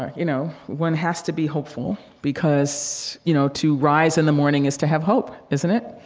um you know, one has to be hopeful because you know, to rise in the morning is to have hope, isn't it?